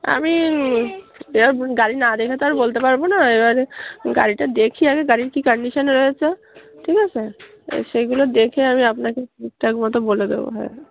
আমি এবার গাড়ি না দেখে তো আর বলতে পারবো না এবার গাড়িটা দেখি আগে গাড়ির কি কান্ডিশান রয়েছে ঠিক আছে সেগুলো দেখে আমি আপনাকে ঠিকঠাক মতো বলে দেবো হ্যাঁঁ